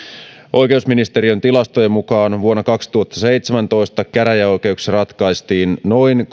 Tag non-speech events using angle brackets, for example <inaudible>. oikeusministeriön tilastojen mukaan vuonna kaksituhattaseitsemäntoista käräjäoikeuksissa ratkaistiin noin <unintelligible>